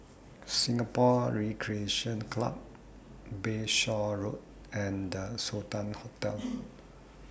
Singapore Recreation Club Bayshore Road and The Sultan Hotel